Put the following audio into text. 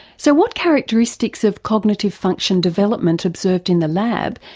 so what characteristics of cognitive function development observed in the lab,